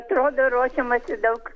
atrodo ruošiamasi daug